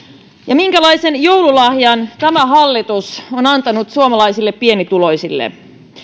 minkälaisen joululahjan tämä hallitus on antanut suomalaisille pienituloisille